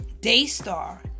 Daystar